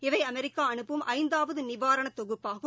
இவைஅமெரிக்காஅனுப்பும் ஐந்தாவதுநிவாரணதொகுப்பாகும்